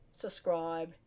Subscribe